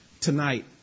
Tonight